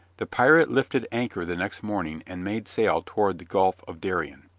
the pirate lifted anchor the next morning and made sail toward the gulf of darien.